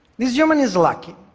this human is lucky,